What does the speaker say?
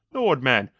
lord, man,